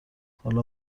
حالا